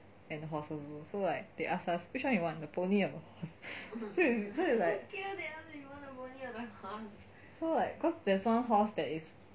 and horses also so like they ask us which one you want the pony or the horse so so it's like cause there's one horse that is